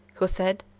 who said,